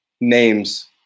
Names